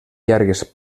llargues